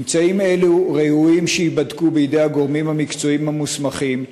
ממצאים אלו ראויים שייבדקו בידי הגורמים המקצועיים המוסמכים,